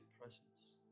presence